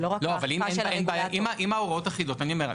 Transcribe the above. אבל אם ההוראות אחידות, אני אומר,